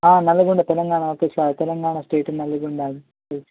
Nalgonda Telangana Telangana state Nalgonda